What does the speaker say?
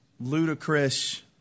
ludicrous